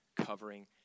covering